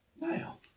now